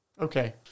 okay